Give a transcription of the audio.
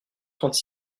trente